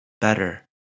Better